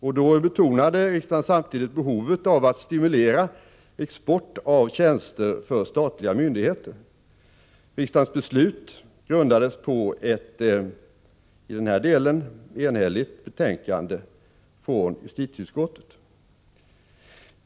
Riksdagen betonade samtidigt behovet av att stimulera export av tjänster från statliga myndigheter. Riksdagens beslut grundades på ett i den här delen enhälligt betänkande från justitieutskottet.